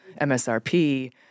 MSRP